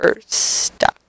stuck